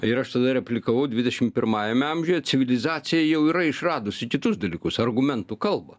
ir aš tada replikavau dvidešim pirmajame amžiuje civilizacija jau yra išradusi kitus dalykus argumentų kalbą